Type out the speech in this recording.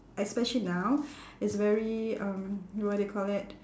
especially now it's very um what they call it